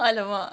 !alamak!